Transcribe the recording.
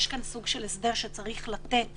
יש כאן סוג של הסדר שצריך לתת